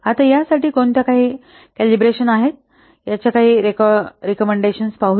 आता या साठी कोणत्या काही कॅलिब्रेशन आहेत याच्या काही रिकॉमेंडेशन पाहूया